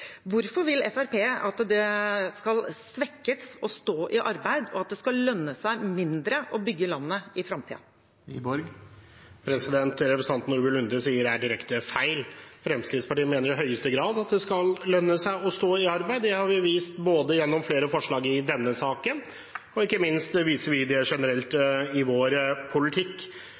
Hvorfor vil Fremskrittspartiet at det å stå i arbeid skal svekkes, og at det skal lønne seg mindre å bygge landet i framtiden? Det representanten Nordby Lunde sier, er direkte feil. Fremskrittspartiet mener i høyeste grad at det skal lønne seg å stå i arbeid. Det har vi vist både gjennom flere forslag i denne saken og ikke minst generelt i vår politikk.